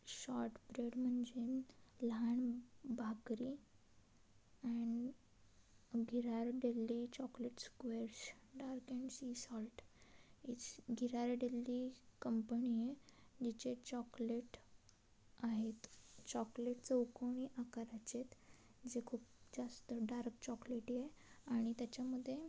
shortbread म्हणजे लहान भाकरी and Ghirardelli chocolate squares dark and sea salt is Ghirardelli company आहे जिचे चॉकलेट आहेत चॉकलेट चौकोनी आकाराचे आहेत जे खूप जास्त डार्क चॉकलेटी आहे आणि त्याच्यामध्ये